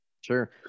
Sure